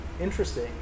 interesting